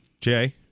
Jay